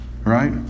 Right